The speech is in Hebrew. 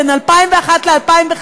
בין 2001 ל-2005,